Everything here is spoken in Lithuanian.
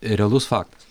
realus faktas